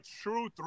true